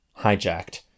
Hijacked